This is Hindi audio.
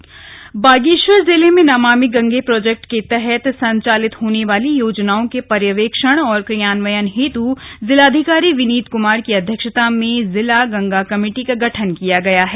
नमामि गंगा प्रोजेक्ट बागेश्वर जिले में नमामि गंगा प्रोजेक्ट के तहत संचालित होने वाली योजनाओ के पर्यवेक्षण और क्रियान्वयन हेतु जिलाधिकारी विनीत कुमार की अध्यक्षता में जिला कमेटी का गठन किया गया है